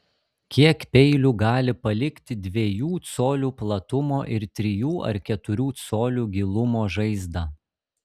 kiek peilių gali palikti dviejų colių platumo ir trijų ar keturių colių gilumo žaizdą